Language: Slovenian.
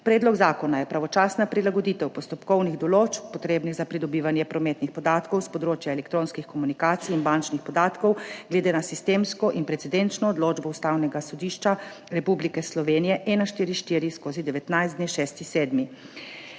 Predlog zakona je pravočasna prilagoditev postopkovnih določb, potrebnih za pridobivanje prometnih podatkov s področja elektronskih komunikacij in bančnih podatkov glede na sistemsko in precedenčno odločbo Ustavnega sodišča Republike Slovenije U-I-144/19 z dne 6. 7.